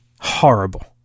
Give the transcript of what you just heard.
Horrible